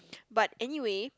but anyway